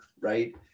right